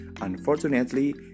unfortunately